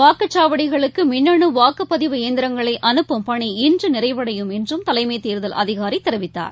வாக்குச்சாவடிகளுக்குமின்னுவாக்குப்பதிவு இயந்திரங்களைஅனுப்பும் பணி இன்றுநிறைவடையும் என்றும் தலைமைத் தேர்தல் அதிகாரிதெரிவித்தார்